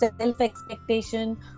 self-expectation